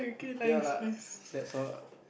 ya lah that's all